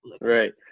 Right